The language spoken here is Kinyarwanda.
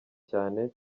cyane